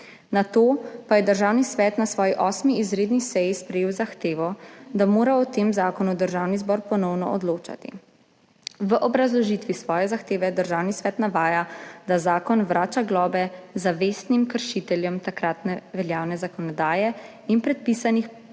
Nato pa je Državni svet na svoji 8. izredni seji sprejel zahtevo, da mora o tem zakonu Državni zbor ponovno odločati. V obrazložitvi svoje zahteve Državni svet navaja, da zakon vrača globe zavestnim kršiteljem takrat veljavne zakonodaje in predpisanih